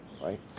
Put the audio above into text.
right